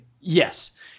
Yes